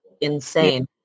insane